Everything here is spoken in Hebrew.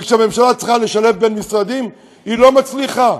וכשהממשלה צריכה לשלב בין משרדים, היא לא מצליחה.